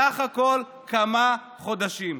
בסך הכול כמה חודשים.